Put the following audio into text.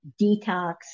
detox